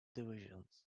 divisions